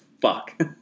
Fuck